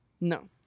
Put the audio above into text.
No